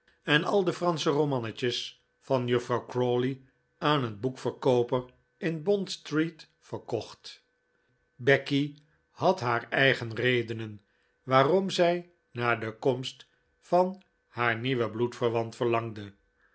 en al de fransche romannetjes van juffrouw crawley aan een boekverkooper in bond street verkocht becky had haar eigen redenen waarom zij naar de komst van haar nieuwen bloedverwant verlangde